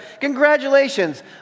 Congratulations